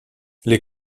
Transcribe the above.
les